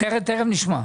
תכף נשמע.